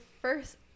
first